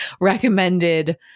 recommended